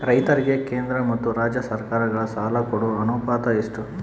ರೈತರಿಗೆ ಕೇಂದ್ರ ಮತ್ತು ರಾಜ್ಯ ಸರಕಾರಗಳ ಸಾಲ ಕೊಡೋ ಅನುಪಾತ ಎಷ್ಟು?